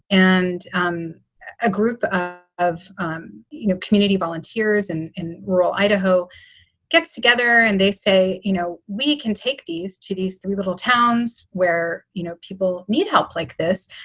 and um a group of um you know community volunteers and in rural idaho gets together and they say, you know, we can take these to these three little towns where, you know, people need help like this.